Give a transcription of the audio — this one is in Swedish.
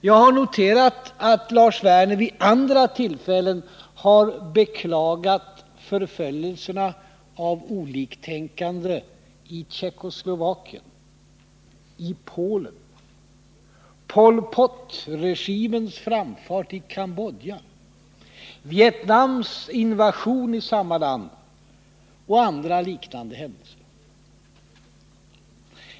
Jag har noterat att Lars Werner vid andra tillfällen har beklagat förföljelserna av oliktänkande i Tjeckoslovakien och Polen, Pol Pot-regimens framfart i Cambodja, Vietnams invasion i samma land och andra liknande händelser.